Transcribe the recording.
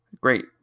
Great